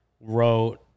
wrote